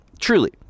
Truly